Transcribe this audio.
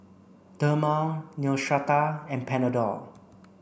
Dermale Neostrata and Panadol